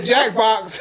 Jackbox